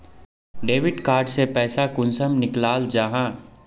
Debit card से पैसा कुंसम निकलाल जाहा?